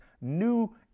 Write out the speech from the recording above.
new